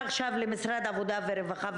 עונה לך על אוכלוסיות של ילד ונוער בסיכון,